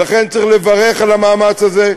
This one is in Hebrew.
ולכן צריך לברך על המאמץ הזה,